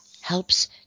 helps